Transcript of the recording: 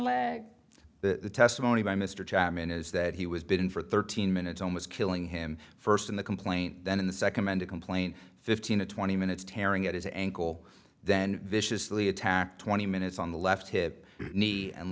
the testimony by mr chapman is that he was been in for thirteen minutes almost killing him first in the complaint then in the second man to complain fifteen to twenty minutes tearing at his ankle then viciously attack twenty minutes on the left hip knee and